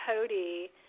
Cody